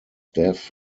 def